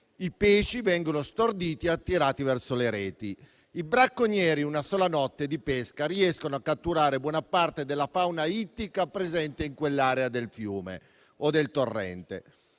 I pesci vengono storditi e attirati verso le reti. I bracconieri in una sola notte di pesca riescono a catturare buona parte della fauna ittica presente in quell'area del fiume o del torrente.